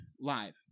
live